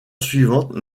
suivante